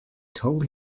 told